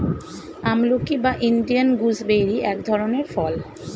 আমলকি বা Indian gooseberry এক ধরনের ফল